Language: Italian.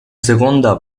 seconda